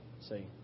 See